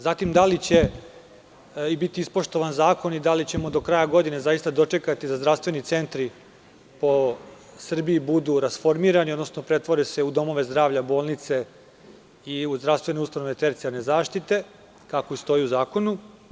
Zatim, da li će biti ispoštovan zakon i da li ćemo do kraja godine zaista dočekati da zdravstveni centri po Srbiji budu rasformirani, odnosno pretvore se u domove zdravlja, bolnice, zdravstvene ustanove tercijalne zaštite, kako stoji u zakonu?